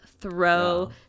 throw